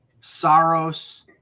Saros